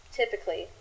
typically